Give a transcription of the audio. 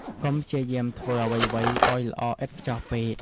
កុំព្យាយាមធ្វើអ្វីៗឱ្យល្អឥតខ្ចោះពេក ។